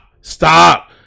stop